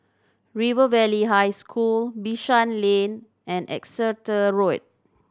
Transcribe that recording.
River Valley High School Bishan Lane and Exeter Road